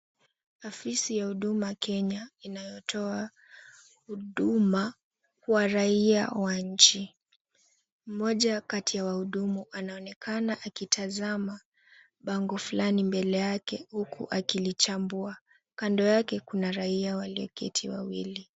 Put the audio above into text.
Afisi ya Huduma Kenya inayotoa huduma kwa raia wa nchi. Mmoja kati ya wahudumu anaonekana akitazama bango fulani mbele yake huku akilichambua. Kando yake kuna raia walioketi wawili.